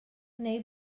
neu